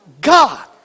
God